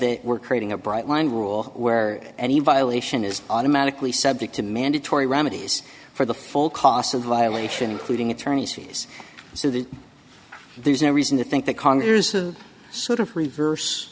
they were creating a bright line rule where any violation is automatically subject to mandatory remedies for the full cost of violation including attorneys fees so that there's no reason to think that congress has sort of reverse